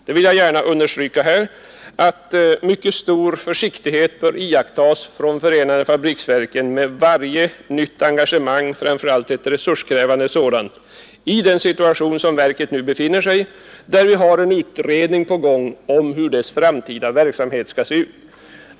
Jag vill här gärna understryka att mycket stor försiktighet bör iakttas av förenade fabriksverken med varje nytt engagemang, framför allt om det är resurskrävande, i den situation som verket befinner sig i — en utredning är på gång om hur dess framtida verksamhet skall se ut.